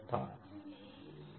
Thank you